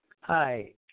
Hi